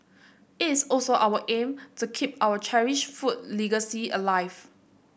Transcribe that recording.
it is also our aim to keep our cherished food legacy alive